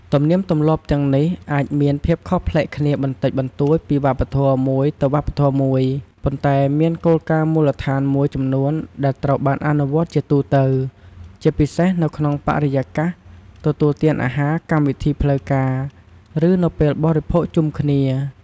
ទំនៀមទម្លាប់ទាំងនេះអាចមានភាពខុសប្លែកគ្នាបន្តិចបន្តួចពីវប្បធម៌មួយទៅវប្បធម៌មួយ ប៉ុន្តែមានគោលការណ៍មូលដ្ឋានមួយចំនួនដែលត្រូវបានគេអនុវត្តជាទូទៅ ជាពិសេសនៅក្នុងបរិយាកាសទទួលទានអាហារកម្មវិធីផ្លូវការ ឬនៅពេលបរិភោគជុំគ្នា។